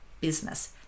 business